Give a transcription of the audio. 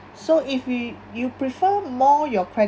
so if you you prefer more your credit